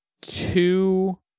two